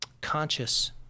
conscious